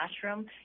classroom